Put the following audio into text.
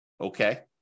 Okay